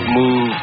move